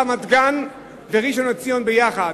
רמת-גן וראשון-לציון יחד,